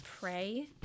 pray